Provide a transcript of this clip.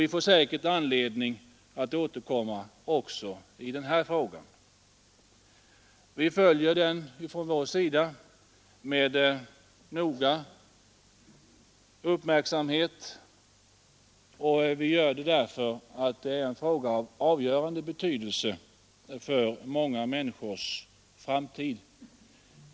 Vi får säkert anledning att återkomma också i den här frågan. Från vår sida följer vi den med noggrann uppmärksamhet, och vi gör det därför att frågan är av avgörande betydelse för många människors framtid.